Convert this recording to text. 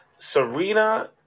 Serena